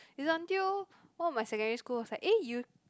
it's until one of my secondary school was like eh you